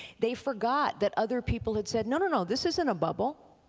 they forgot that other people had said, no no no, this isn't a bubble.